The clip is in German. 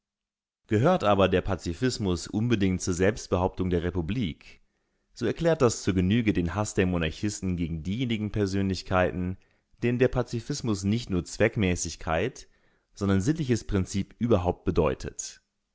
gehört aber der pazifismus unbedingt zur selbstbehauptung der republik so erklärt das zur genüge den haß der monarchisten gegen diejenigen persönlichkeiten denen der pazifismus nicht nur zweckmäßigkeit sondern sittliches prinzip überhaupt bedeutet